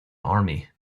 army